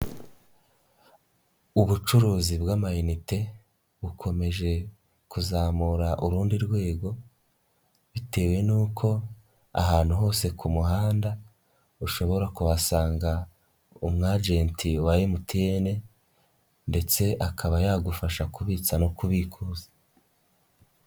Ubucuruzi bw'amayinite bukomeje kuzamura urundi rwego, bitewe nuko ahantu hose ku muhanda, ushobora kuhasanga umwajenti wa MTN, ndetse akaba yagufasha kubitsa no kubikuza.